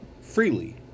freely